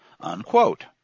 unquote